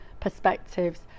perspectives